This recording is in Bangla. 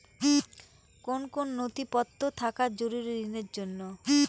কোন কোন নথিপত্র থাকা জরুরি ঋণের জন্য?